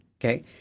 okay